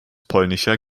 polnischer